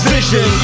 Vision